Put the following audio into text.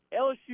LSU